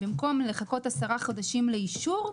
במקום לחכות 10 חודשים לאישור,